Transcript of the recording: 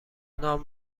نام